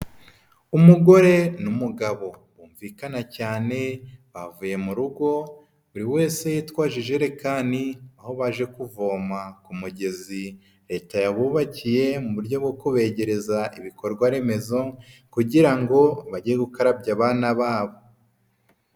Umugore n'umugabo bumvikana cyane bavuye mu rugo buri wese yitwaje ijerekani, aho baje kuvoma ku mugezi leta yabubakiye mu buryo bwo kubegereza ibikorwa remezo, kugira ngo bajye gukarabya abana babo.